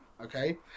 okay